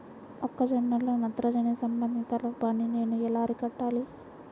మొక్క జొన్నలో నత్రజని సంబంధిత లోపాన్ని నేను ఎలా అరికట్టాలి?